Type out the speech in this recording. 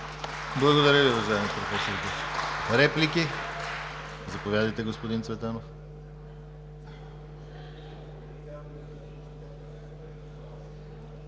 Благодаря Ви, уважаеми проф. Гечев. Реплики? Заповядайте, господин Цветанов.